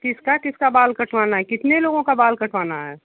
किसका किसका बाल कटवाना है कितने लोगों का बाल कटवाना है